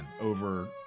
over